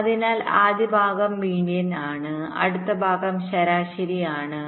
അതിനാൽ ആദ്യ ഭാഗം മീഡിയൻ ആണ് അടുത്ത ഭാഗം ശരാശരി ആണ്